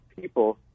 people